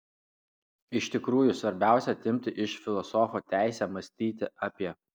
iš tikrųjų svarbiausia atimti iš filosofo teisę mąstyti apie